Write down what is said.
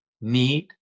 need